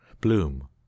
Bloom